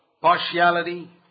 partiality